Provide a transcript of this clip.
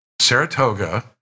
Saratoga